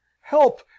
Help